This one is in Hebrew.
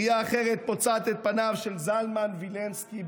"ירייה אחרת פוצעת את פניו של זלמן וילנסקי,